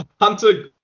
Hunter